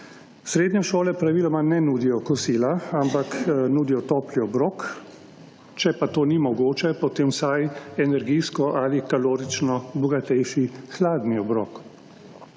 Srednje šole praviloma ne nudijo kosila, ampak nudijo topli obrok, če pa to ni mogoče potem vsaj energijsko ali kalorično bogatejši hladni obrok.